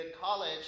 college